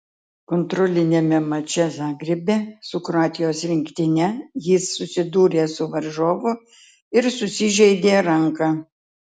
kontroliniame mače zagrebe su kroatijos rinktine jis susidūrė su varžovu ir susižeidė ranką